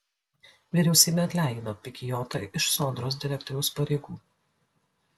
vyriausybė atleido pikiotą iš sodros direktoriaus pareigų